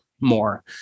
more